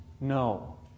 No